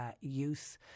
use